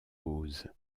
pause